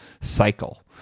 cycle